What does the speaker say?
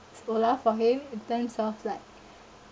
olaf for him in terms of like